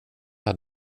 hade